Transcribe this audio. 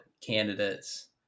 candidates